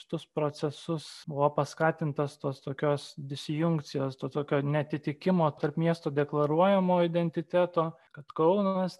tuos procesus buvo paskatintas tos tokios disjunkcijos to tokio neatitikimo tarp miestų deklaruojamo identiteto kad kaunas